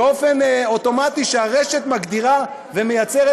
באופן אוטומטי הרשת מגדירה ומייצרת